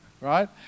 right